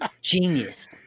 genius